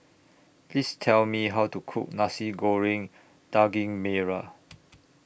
Please Tell Me How to Cook Nasi Goreng Daging Merah